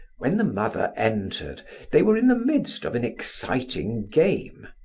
when the mother entered they were in the midst of an exciting game,